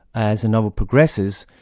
as the novel progresses,